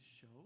show